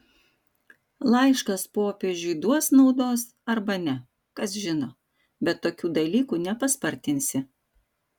laiškas popiežiui duos naudos arba ne kas žino bet tokių dalykų nepaspartinsi